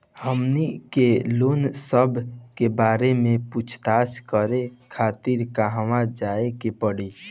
हमनी के लोन सेबा के बारे में पूछताछ करे खातिर कहवा जाए के पड़ी?